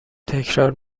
تکرار